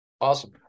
Awesome